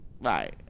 Bye